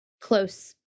close